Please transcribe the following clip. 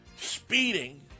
speeding